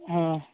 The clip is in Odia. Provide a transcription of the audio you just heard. ହଁ